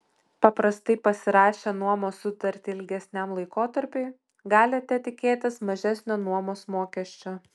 paprastai pasirašę nuomos sutartį ilgesniam laikotarpiui galite tikėtis mažesnio nuomos mokesčio